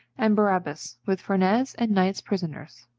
and barabas with ferneze and knights prisoners.